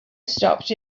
stopped